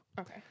Okay